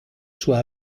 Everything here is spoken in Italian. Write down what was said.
sua